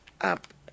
up